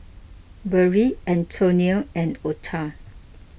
Barrie Antonia and Ota